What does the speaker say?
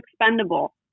expendable